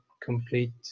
complete